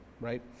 right